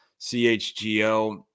CHGO